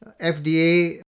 FDA